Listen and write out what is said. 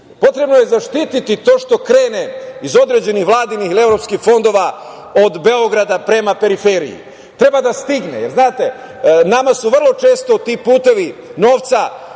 potrebno zašiti to što krene iz određenih vladinih ili evropskih fondova od Beograda prema periferiji. Treba da stigne. Znate, nama su vrlo često ti putevi novca,